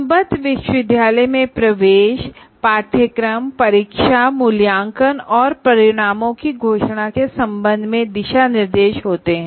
संबद्ध विश्वविद्यालय में प्रवेश पाठ्यक्रम परीक्षा मूल्यांकन और परिणामों की घोषणा के संबंध में दिशा निर्देश होते हैं